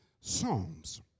psalms